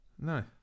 no